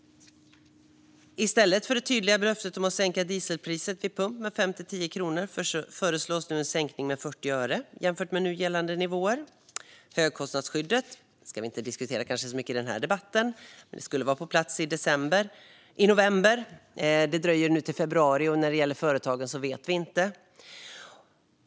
I stället för att förverkliga det tydliga löftet om att sänkta dieselpriser vid pump med 5-10 kronor föreslås nu en sänkning med 40 öre jämfört med nu gällande nivåer. Högkostnadsskyddet ska vi kanske inte diskutera i denna debatt, men det skulle ha varit på plats i november men dröjer nu till februari. När det gäller företagen vet vi inte.